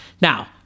Now